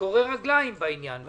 גורר רגלים בעניין.